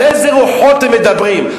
על איזה רוחות הם מדברים?